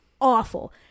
awful